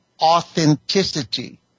authenticity